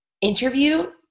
interview